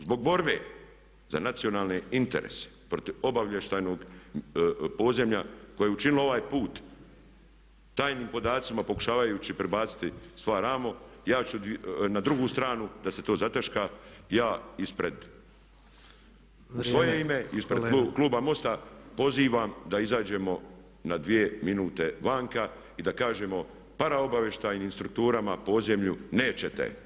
Zbog borbe za nacionalne interese protiv obavještajnoj podzemlja koje je učinilo ovaj put tajnim podacima pokušavajući prebaciti stvar na drugu stvar da se to zataška, ja ispred, [[Upadica Tepeš: Vrijeme kolega.]] u svoje ime i ispred kluba MOST-a pozivam da izađemo na 2 minute vanka i da kažemo paraobavještajnim strukturama podzemlju nećete.